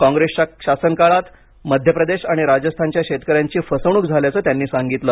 काँग्रेसच्या शासन काळात मध्य प्रदेश आणि राजस्थानच्या शेतकऱ्यांची फसवणूक झाल्याचे त्यांनी सांगितले